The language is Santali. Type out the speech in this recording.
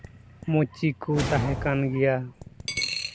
ᱢᱩᱪᱤ ᱠᱚ ᱛᱟᱦᱮᱸ ᱠᱟᱱ ᱜᱮᱭᱟ